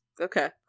Okay